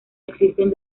existen